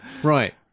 Right